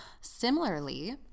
similarly